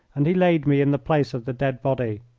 and he laid me in the place of the dead body.